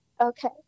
Okay